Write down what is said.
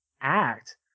act